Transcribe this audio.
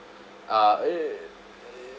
uh eh